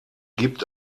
gibt